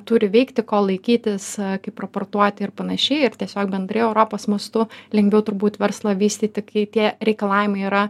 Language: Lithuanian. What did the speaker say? turi veikti ko laikytis kaip raportuoti ir panašiai ir tiesiog bendrai europos mastu lengviau turbūt verslą vystyti kai tie reikalavimai yra